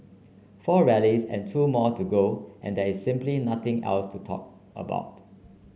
four rallies and two more to go and there is simply nothing else to talk about